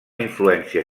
influència